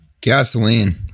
Gasoline